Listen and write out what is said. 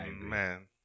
Man